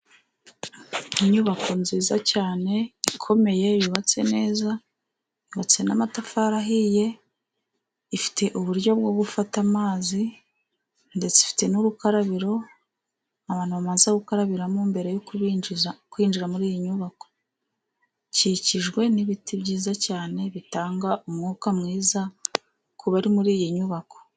Inyubako nziza cyane ikomeye yubatse neza yubatse n'amatafari ahiye, ifite uburyo bwo gufata amazi ndetse ifite n'urukarabiro abantu bamaze gukarabiramo mbere yo kubinjiza kwinjira muri iyi nyubako. Ikikijwe n'ibiti byiza cyane bitanga umwuka mwiza kubari muri iyi nyubako.